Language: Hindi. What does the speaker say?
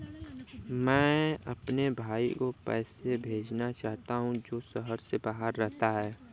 मैं अपने भाई को पैसे भेजना चाहता हूँ जो शहर से बाहर रहता है